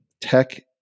tech